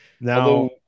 Now